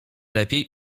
lepiej